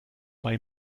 bei